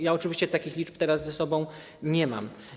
Ja oczywiście takich liczb teraz ze sobą nie mam.